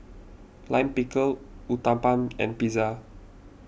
Lime Pickle Uthapam and Pizza